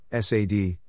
SAD